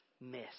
miss